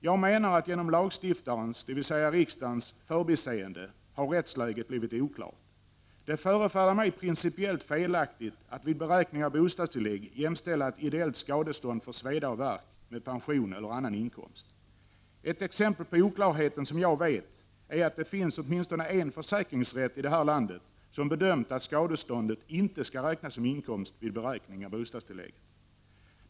Jag menar, att genom lagstiftarens, dvs. riksdagens, förbiseende, har rättsläget blivit oklart. Det förefaller mig principiellt felaktigt att, vid beräkning av bostadstillägg, jämställa ett ideellt skadestånd för sveda och värk, med pension eller annan inkomst. Ett exempel på oklarheten som jag vet, är att det finns åtminstone en försäkringsrätt i landet som bedömt att skadeståndet inte skall räknas som inkomst vid beräkning av bostadstillägget.